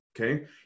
Okay